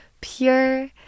pure